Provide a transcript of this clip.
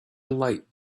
light